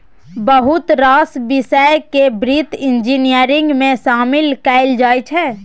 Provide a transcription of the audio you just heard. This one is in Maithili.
बहुत रास बिषय केँ बित्त इंजीनियरिंग मे शामिल कएल जाइ छै